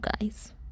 guys